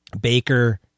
Baker